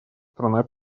страна